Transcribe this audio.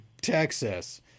Texas